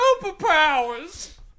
superpowers